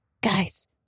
guys